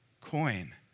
coin